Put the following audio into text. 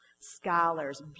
scholars